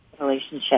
relationship